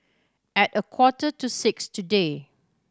at a quarter to six today